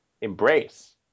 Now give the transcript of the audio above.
embrace